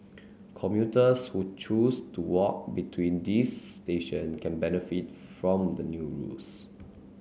commuters who choose to walk between these station can benefit from the new rules